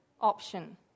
option